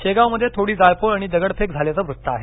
शेगावमध्ये थोडी जाळपोळ आणि दगडफेक झाल्याचं वृत्त आहे